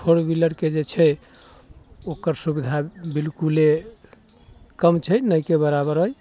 four व्हीलरके जे छै ओकर सुविधा बिलकुले कम छै नहिके बराबर अइ